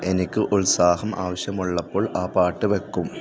എനിക്ക് ഉത്സാഹം ആവശ്യമുള്ളപ്പോൾ ആ പാട്ട് വെക്കും